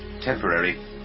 temporary